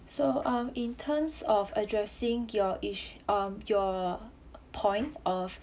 so um in terms of addressing your iss~ um your point of